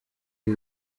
ibi